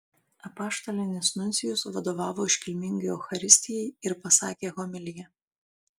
apaštalinis nuncijus vadovavo iškilmingai eucharistijai ir pasakė homiliją